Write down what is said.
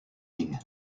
ming